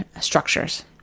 structures